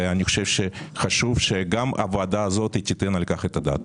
ואני חושב שחשוב שגם הוועדה הזאת תיתן על כך את הדעת.